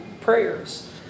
prayers